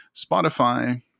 Spotify